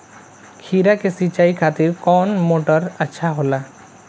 खीरा के सिचाई खातिर कौन मोटर अच्छा होला?